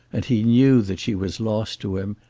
and he knew that she was lost to him,